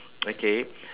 okay